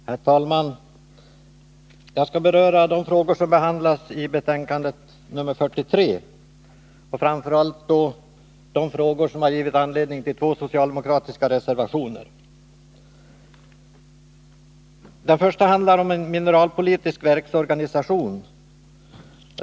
Herr talman! Jag skall beröra de frågor som behandlas i betänkande 43, och då framför allt dem som har gett anledning till två socialdemokratiska reservationer. Den första reservationen handlar om en mineralpolitisk verksorganisation.